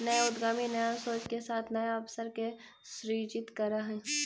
नया उद्यमी नया सोच के साथ नया अवसर के सृजित करऽ हई